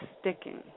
sticking